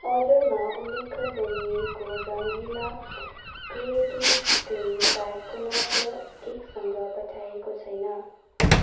अर्डरमा उल्लेख गरिएको रङ्गिला क्रिएटिभ क्ले प्याक मात्रा ठिकसँग पठाइएको छैन